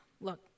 look